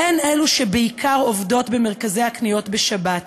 שהן אלו שבעיקר עובדות במרכזי הקניות בשבת,